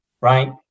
right